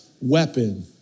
weapon